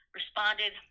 responded